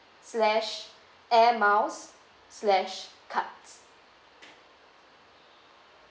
slash air miles slash cards